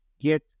Get